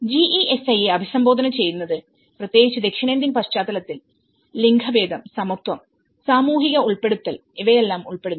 GESI യെ അഭിസംബോധന ചെയ്യുന്നത് പ്രത്യേകിച്ച് ദക്ഷിണേഷ്യൻ പശ്ചാത്തലത്തിൽ ലിംഗഭേദം സമത്വം സാമൂഹിക ഉൾപ്പെടുത്തൽ ഇവയെല്ലാം ഉൾപ്പെടുന്നു